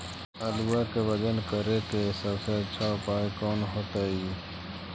आलुआ के वजन करेके सबसे अच्छा उपाय कौन होतई?